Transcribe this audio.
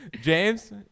james